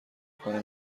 کنم